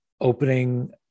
opening